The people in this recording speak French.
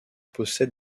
possède